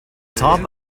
top